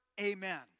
Amen